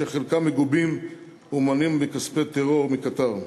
אשר חלקם מגובים וממומנים מכספי טרור מקטאר.